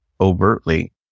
overtly